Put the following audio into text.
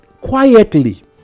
quietly